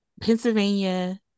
Pennsylvania